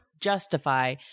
justify